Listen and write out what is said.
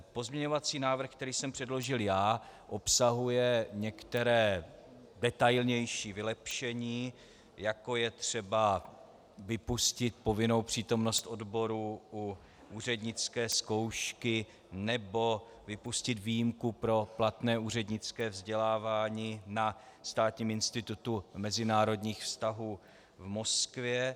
Pozměňovací návrh, který jsem předložil já, obsahuje některá detailnější vylepšení, jako je třeba vypustit povinnou přítomnost odborů u úřednické zkoušky nebo vypustit výjimku pro platné úřednické vzdělávání na Státním institutu mezinárodních vztahů v Moskvě.